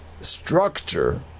structure